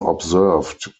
observed